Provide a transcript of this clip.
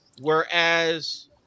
Whereas